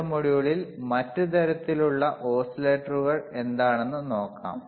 അടുത്ത മൊഡ്യൂളിൽ മറ്റ് തരത്തിലുള്ള ഓസിലേറ്ററുകൾ എന്താണെന്ന് നോക്കാം